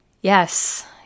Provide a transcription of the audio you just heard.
Yes